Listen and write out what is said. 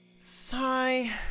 Sigh